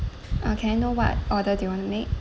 uh can I know what order do you want to make